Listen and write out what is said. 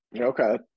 Okay